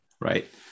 Right